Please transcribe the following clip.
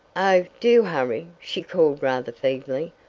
oh, do hurry! she called rather feebly.